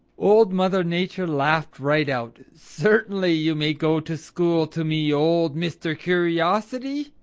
old mother nature laughed right out. certainly you may go to school to me, old mr. curiosity,